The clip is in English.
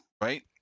right